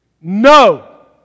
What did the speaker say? No